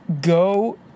go